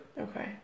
Okay